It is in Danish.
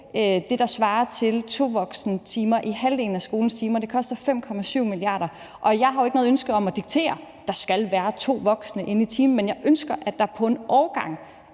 det, der svarer til tovoksentimer i halvdelen af skolens timer, og det koster 5,7 mia. kr. Og jeg har jo ikke noget ønske om at diktere, at der skal være to voksne inde i timen. Men jeg ønsker, at der på en årgang